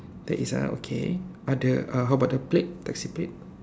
there is ah okay uh the uh how about the plate taxi plate